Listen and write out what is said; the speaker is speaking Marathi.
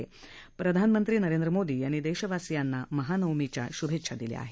दरम्यान प्रधानमंत्री नरेंद्र मोदी यांनी देशवासियांना महानवमीच्या शूभेच्छा दिल्या आहेत